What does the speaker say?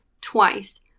twice